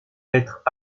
lettres